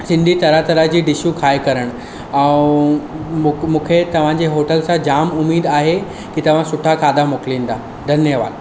सिंधी तरह तरह जी डिशूं खाए करणु ऐं मूंखे तव्हांजे होटल सां जाम उमेदु आहे की तव्हां सुठा खाधा मोकिलींदा धन्यवाद